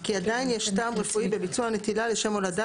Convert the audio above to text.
כי עדיין יש טעם רפואי בביצוע הנטילה לשם הולדה".